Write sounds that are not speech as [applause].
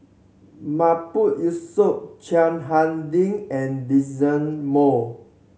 [unintelligible] Yusof Chiang Hai Ding and [unintelligible] Moss